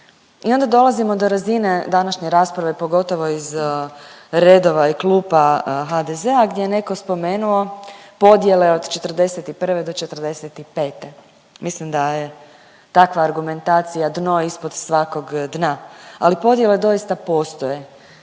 I onda dolazimo do razine današnje rasprave, pogotovo iz redova i klupa HDZ-a gdje je neko spomenuo podjele od '41. do '45.. Mislim da je takva argumentacija dno ispod svakog dna, ali podjele doista postoje,